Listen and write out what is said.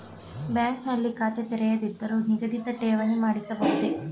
Bank ನಲ್ಲಿ ಖಾತೆ ತೆರೆಯದಿದ್ದರೂ ನಿಗದಿತ ಠೇವಣಿ ಮಾಡಿಸಬಹುದೇ?